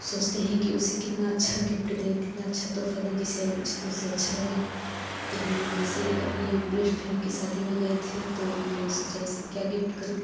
सोचते हैं कि उसे कितना अच्छा गिफ्ट दे कितना अच्छा तौहफा दें जिसे उसे अच्छा लगे तो हम जैसे अपने बेस्टफ्रेंड की शादी में गए थे तो मैंने सोचा इसे क्या गिफ्ट करूँ